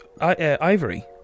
ivory